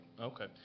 Okay